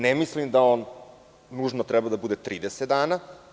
Ne mislim da on nužno treba da bude 30 dana.